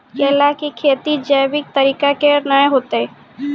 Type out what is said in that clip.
केला की खेती जैविक तरीका के ना होते?